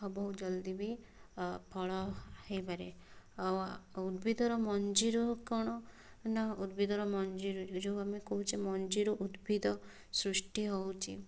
ଆଉ ବହୁତ ଜଲଦି ବି ବି ଫଳ ହୋଇପାରେ ଆଉ ଉଦ୍ଭିଦର ମଞ୍ଜିରୁ କ'ଣ ନା ଉଦ୍ଭିଦର ମଞ୍ଜିରୁ ଯେଉଁ ଆମେ କହୁଛେ ମଞ୍ଜିରୁ ଉଦ୍ଭିଦ ସୃଷ୍ଟି ହେଉଛି